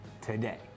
today